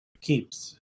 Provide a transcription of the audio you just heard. keeps